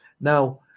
Now